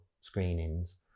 screenings